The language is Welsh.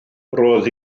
roedd